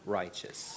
righteous